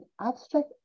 abstract